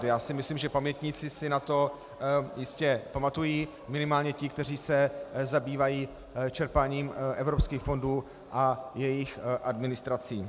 Já si myslím, že pamětníci si na to jistě pamatují, minimálně ti, kteří se zabývají čerpáním evropských fondů a jejich administrací.